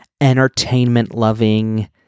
entertainment-loving